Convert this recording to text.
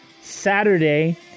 Saturday